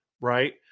right